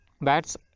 Bats